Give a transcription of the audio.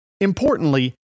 Importantly